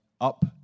up